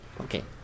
Okay